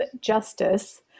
justice